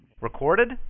Recorded